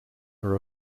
are